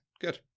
good